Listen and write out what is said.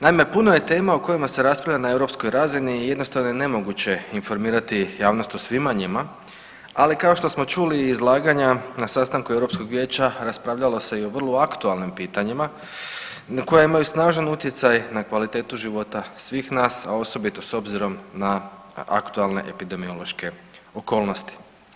Naime, puno je tema o kojima se raspravlja na europskoj razini i jednostavno je nemoguće informirati javnost o svima njima, ali kao što smo čuli iz izlaganja na sastanku Europskog vijeća raspravljalo se i o vrlo aktualnim pitanjima koja imaju snažan utjecaj na kvalitetu života svih nas, a osobito s obzirom na aktualne epidemiološke okolnosti.